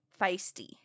feisty